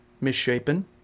misshapen